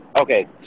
Okay